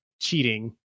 cheating